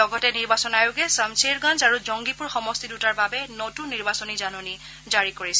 লগতে নিৰ্বাচন আয়োগে ছমছেৰগঞ্জ আৰু জংগীপুৰ সমষ্টি দুটাৰ বাবে নতুন নিৰ্বাচনী জাননী জাৰি কৰিছে